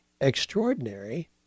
extraordinary